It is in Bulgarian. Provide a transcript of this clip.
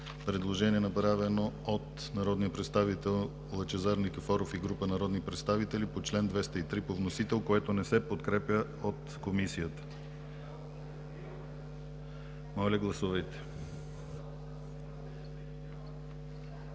предложение, направено от народния представител Лъчезар Никифоров и група народни представители по чл. 205 по вносител, което не е подкрепено от Комисията. Гласували